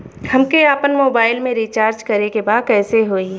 हमके आपन मोबाइल मे रिचार्ज करे के बा कैसे होई?